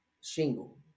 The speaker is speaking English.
shingle